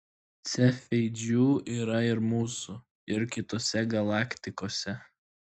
cefeidžių yra ir mūsų ir kitose galaktikose